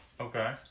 Okay